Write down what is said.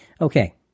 Okay